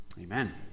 Amen